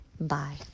Bye